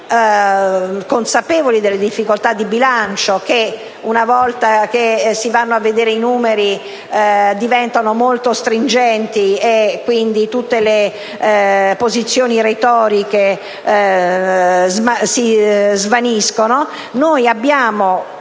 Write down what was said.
caso consapevoli delle difficoltà di bilancio che, una volta che si vanno a vedere i numeri, diventano molto stringenti e quindi tutte le posizioni retoriche svaniscono.